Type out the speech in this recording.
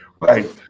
right